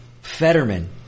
Fetterman